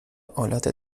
آلت